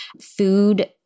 food